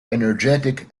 energetic